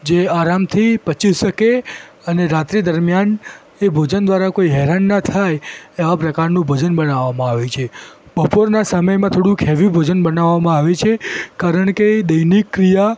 જે આરામથી પચી શકે અને રાત્રિ દરમ્યાન એ ભોજન દ્વારા કોઈ હેરાન ન થાય એવાં પ્રકારનું ભોજન બનાવવામાં આવે છે બપોરના સમયમાં થોડુક હેવી ભોજન બનાવવામાં આવે છે કારણ કે એ દૈનિક ક્રિયા